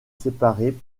séparés